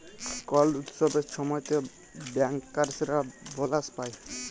call উৎসবের ছময়তে ব্যাংকার্সরা বলাস পায়